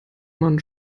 man